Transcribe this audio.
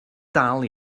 dal